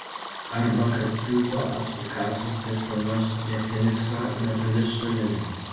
arba kad kiūto apsikasusi kur nors prie finikso netoli šulinio